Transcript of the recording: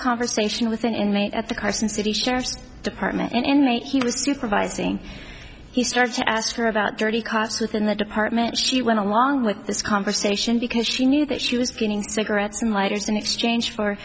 conversation with an inmate at the carson city sheriff's department an inmate he was supervising he started to ask her about dirty cops within the department she went along with this conversation because she knew that she was getting cigarettes and lighters in exchange for